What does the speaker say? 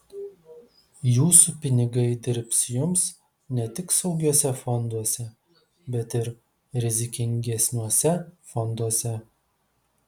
jūsų pinigai dirbs jums ne tik saugiuose fonduose bet ir rizikingesniuose fonduose